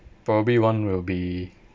probably one will be